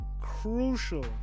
Crucial